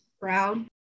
brown